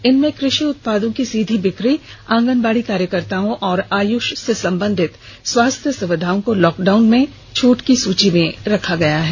इनमें कृषि उत्पादों की सीधी बिक्री आंगनवाड़ी कार्यकर्ताओं और आयूष से संबंधित स्वास्थ्य सुविधाओं को लॉकडाउन से छूट की सूची में रखा गया है